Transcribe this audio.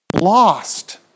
lost